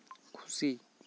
ᱠᱷᱩᱥᱤ